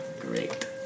Great